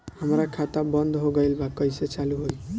हमार खाता बंद हो गइल बा कइसे चालू होई?